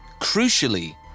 Crucially